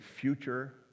future